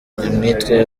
nyamitwe